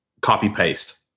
copy-paste